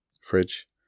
fridge